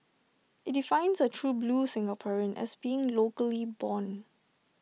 IT defines A true blue Singaporean as being locally born